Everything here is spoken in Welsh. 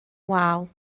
wal